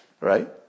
Right